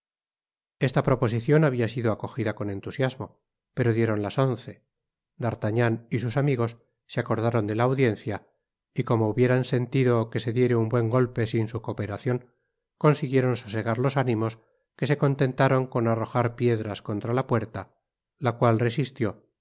esta proposicion habia sido aoojida con entusiasmo pero dieron las once d'artagnan y sus amigos se acordaron de la audiencia y como hubieran sentido que se diere un buen golpe sin su cooperacion consiguieron sosegar los ánimos que se contentaron con arrojar piedras contra la puerta la cual resistió y